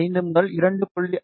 5 முதல் 2